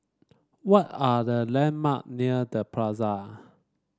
what are the landmark near The Plaza